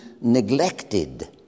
neglected